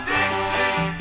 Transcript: Dixie